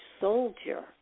soldier